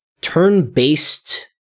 turn-based